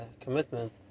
commitment